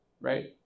right